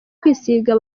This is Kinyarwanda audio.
kwisiga